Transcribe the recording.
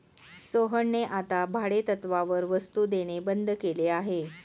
सोहनने आता भाडेतत्त्वावर वस्तु देणे बंद केले आहे